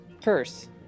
Purse